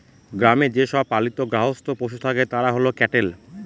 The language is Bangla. গ্রামে যে সব পালিত গার্হস্থ্য পশু থাকে তারা হল ক্যাটেল